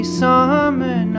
summer